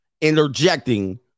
interjecting